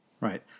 Right